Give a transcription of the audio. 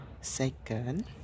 second